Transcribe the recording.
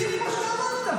בדיוק מה שאתה אמרת,